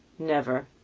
never,